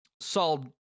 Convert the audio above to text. Saul